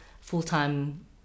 full-time